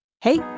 hey